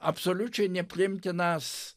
absoliučiai nepriimtinas